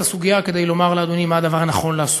הסוגיה כדי לומר לאדוני מה הדבר הנכון לעשות,